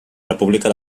república